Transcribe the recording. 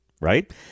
right